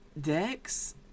Dex